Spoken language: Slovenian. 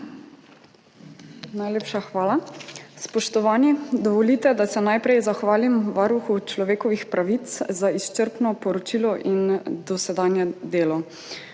Najlepša hvala. Spoštovani! Dovolite, da se najprej zahvalimVaruhu človekovih pravic za izčrpno poročilo in dosedanje delo.